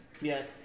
Yes